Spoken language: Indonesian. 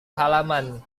halaman